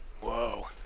Whoa